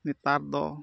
ᱱᱮᱛᱟᱨ ᱫᱚ